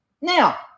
Now